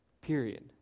Period